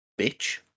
bitch